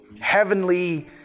heavenly